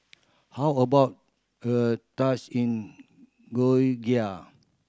how about a in Georgia